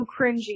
cringy